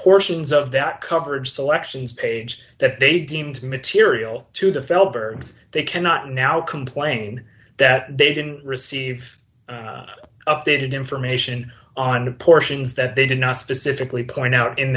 portions of that coverage selections page that they deemed to be material to the felber they cannot now complain that they didn't receive updated information on the portions that they did not specifically point out in